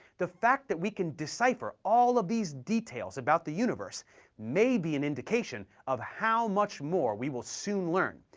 the fact that we can decipher all of these details about the universe may be an indication of how much more we will soon learn,